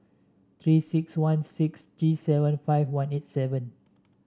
Three six one six three seven five one eight seven